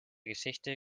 geschichte